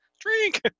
drink